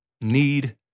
need